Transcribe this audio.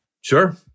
Sure